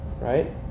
right